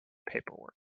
paperwork